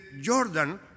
Jordan